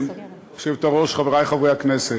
היושבת-ראש, חברי חברי הכנסת,